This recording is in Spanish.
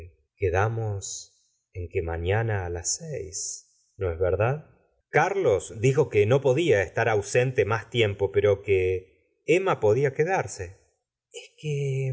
quedamos en que mafiana á las seis no es verdad carlos dijo que no podía estar ausente más tiem po pero que emma podía quedarse es que